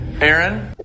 Aaron